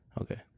okay